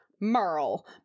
merle